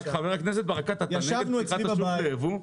חבר הכנסת ברקת, אתה נגד פתיחת השוק ליבוא?